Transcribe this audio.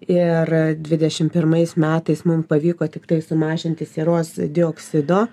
ir dvidešim pirmais metais mum pavyko tiktai sumažinti sieros dioksido